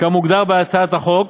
כמוגדר בהצעת החוק,